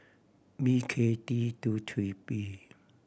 B K T two three P